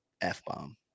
F-bomb